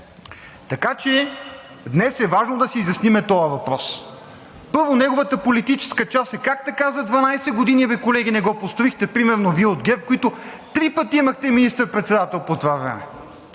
така че днес е важно да си изясним този въпрос. Първо, неговата политическа част е как така за 12 години бе, колеги, не го построихте – примерно Вие от ГЕРБ, които три пъти имахте министър-председател по това време?